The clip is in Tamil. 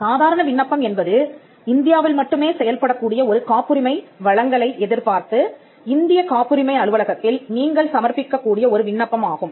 சாதாரண விண்ணப்பம் என்பது இந்தியாவில் மட்டுமே செயல்படக்கூடிய ஒரு காப்புரிமை வழங்கலை எதிர்பார்த்து இந்தியக் காப்புரிமை அலுவலகத்தில் நீங்கள் சமர்ப்பிக்கக் கூடிய ஒரு விண்ணப்பம் ஆகும்